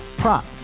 prop